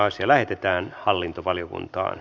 asia lähetettiin hallintovaliokuntaan